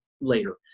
later